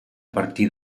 partir